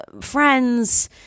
friends